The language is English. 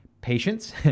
patience